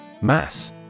Mass